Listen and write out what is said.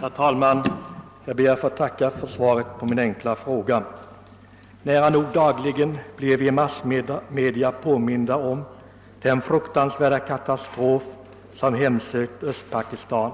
Herr talman! Jeg ber att få tacka för svaret på min enkla fråga. Nära nog dagligen blir vi i massmedia påminda om den fruktansvärda katastrof som har hemsökt Östpakistan.